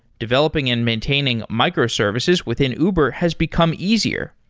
developing and maintaining microservices within uber has become easier.